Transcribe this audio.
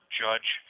judge